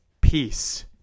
peace